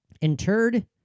Interred